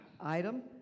item